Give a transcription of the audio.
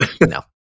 no